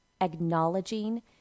acknowledging